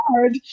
hard